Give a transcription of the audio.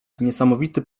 niesamowity